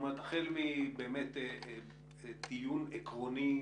היה צריך להיות דיון עקרוני ומשמעותי.